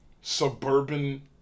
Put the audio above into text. suburban